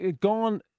gone